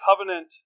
covenant